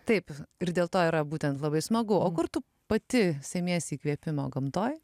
taip ir dėl to yra būtent labai smagu o kur tu pati semiesi įkvėpimo gamtoj